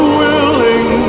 willing